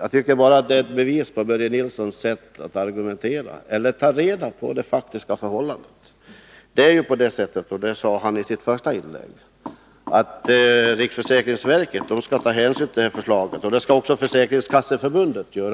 Jag tycker att detta är ett bevis på Börje Nilssons sätt att argumentera. Man bör ju ta reda på det faktiska förhållandet. Det är ju på det sättet — och det sade Börje Nilsson i sitt första inlägg — att riksförsäkringsverket skall ta hänsyn till detta förslag. Det skall också Försäkringskasseförbundet göra.